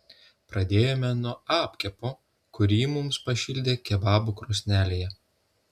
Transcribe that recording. pradėjome nuo apkepo kurį mums pašildė kebabų krosnelėje